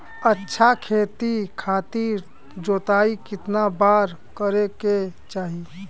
अच्छा खेती खातिर जोताई कितना बार करे के चाही?